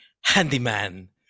handyman